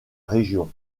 région